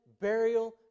burial